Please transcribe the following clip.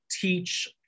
teach